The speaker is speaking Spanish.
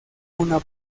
una